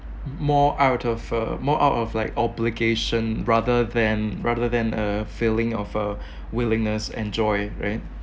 more out of a more out of like obligation rather than rather than a feeling of a willingness and joy right